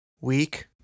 Week